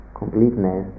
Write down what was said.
completeness